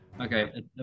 Okay